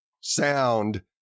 sound